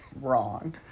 wrong